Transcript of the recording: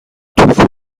توفو